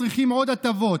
צריכים עוד הטבות,